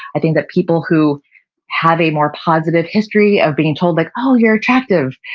i think that people who have a more positive history of being told like, oh, you're attractive,